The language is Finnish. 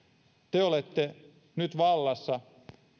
te te olette nyt vallassa